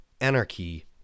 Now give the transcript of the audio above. anarchy